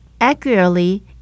accurately